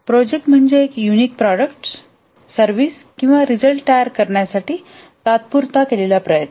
project म्हणजे एक unique product service किंवा रिझल्ट तयार करण्यासाठी तात्पुरता केलेला प्रयत्न